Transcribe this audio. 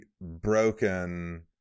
broken